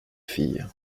filles